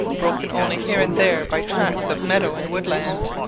broken only here and there by tracts of meadow and woodland.